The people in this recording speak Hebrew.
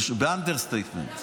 ב-under-statement.